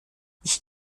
ich